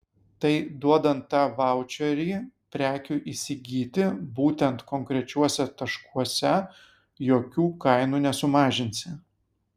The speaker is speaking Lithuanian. tai duodant tą vaučerį prekių įsigyti būtent konkrečiuose taškuose jokių kainų nesumažinsi